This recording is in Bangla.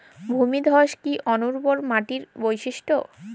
ভূমিধস কি অনুর্বর মাটির বৈশিষ্ট্য?